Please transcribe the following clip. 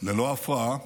ללא הפרעה,